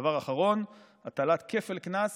דבר אחרון: הטלת כפל קנס